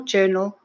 Journal